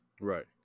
Right